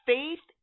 Faith